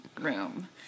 room